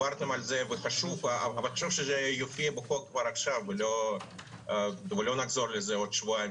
חשוב שזה יופיע בחוק כבר עכשיו ולא נחזור לזה בעוד שבועיים